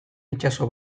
itsaso